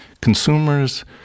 Consumers